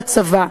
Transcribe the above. "לצבא,